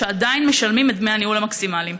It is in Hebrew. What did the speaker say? שעדיין משלמים את דמי הניהול המקסימליים?